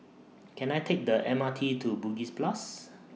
Can I Take The M R T to Bugis Plus